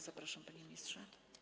Zapraszam, panie ministrze.